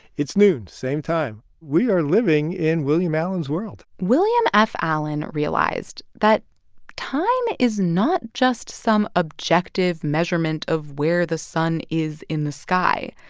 it's noon same time. we are living in william allen's world william f. allen realized that time is not just some objective measurement of where the sun is in the sky.